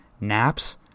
naps